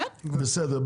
בסדר.